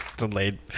Delayed